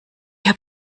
habe